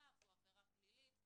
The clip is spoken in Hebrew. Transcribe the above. עבירה פלילית.